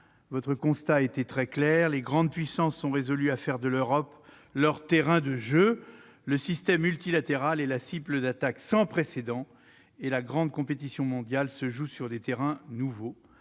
Votre constat était très clair :« Les grandes puissances sont résolues à faire de l'Europe leur terrain de jeu. [...] Le système multilatéral est la cible d'attaques sans précédent. [...] La grande compétition mondiale [...] se joue sur des terrains nouveaux.